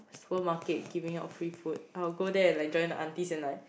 supermarket giving out free food I'll go there and I join the aunties and like